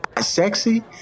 sexy